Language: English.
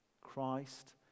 Christ